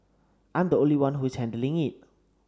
I'm the only one who is handling it